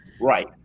Right